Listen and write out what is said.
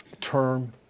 term